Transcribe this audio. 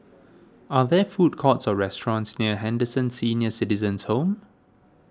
are there food courts or restaurants near Henderson Senior Citizens' Home